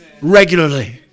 regularly